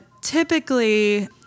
typically